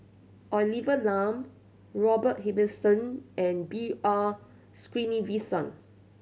Olivia Lum Robert Ibbetson and B R Sreenivasan